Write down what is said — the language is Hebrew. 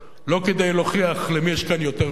לא כדי להוכיח למי יש כאן יותר כוח,